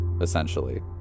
essentially